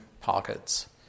pockets